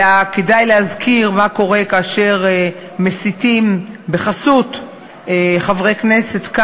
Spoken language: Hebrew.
אלא כדאי להזכיר מה קורה כאשר מסיתים בחסות חברי כנסת,